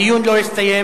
הדיון לא הסתיים.